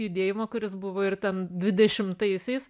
judėjimo kuris buvo ir ten dvidešimtaisiais